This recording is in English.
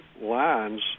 lines